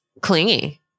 clingy